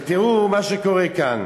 תראו מה שקורה כאן.